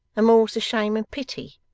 and more's the shame and pity